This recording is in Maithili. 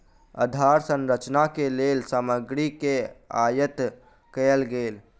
आधार संरचना के लेल सामग्री के आयत कयल गेल